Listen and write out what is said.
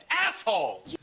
asshole